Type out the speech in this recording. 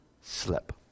slip